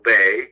Bay